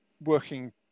working